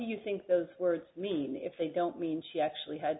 you think those words mean if they don't mean she actually had